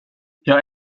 jag